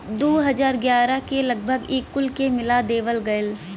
दू हज़ार ग्यारह के लगभग ई कुल के मिला देवल गएल